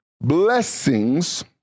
blessings